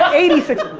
ah eighty six.